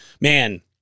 man